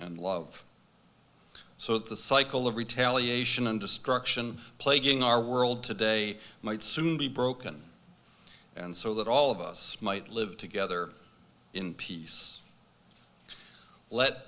and love so the cycle of retaliation and destruction plaguing our world today might soon be broken and so that all of us might live together in peace let